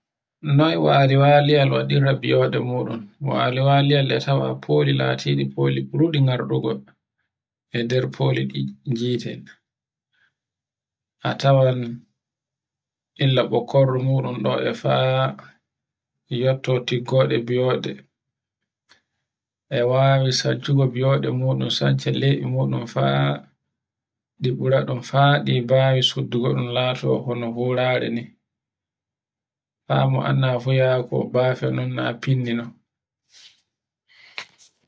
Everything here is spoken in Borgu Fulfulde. Noy wade waliyal waɗirta biyoɗe muɗum. Waliwaliyal e tawa foli latiɗi foli ɓurɗi garɗo goɗɗo e nder foli ɗi ngi'ete. A tawan illa ɓokkordu muɗun ɗo e fa e yotto tigga biyoɗe. E wawi sartugo ɓiyoɗe muɗum sance lebi muɗum fa ɗe buraɗum ɗi bawu suddu goɗɗum lato bano hurare ni. ha ne annda mo annda fu yawugo bafe nen na finni non.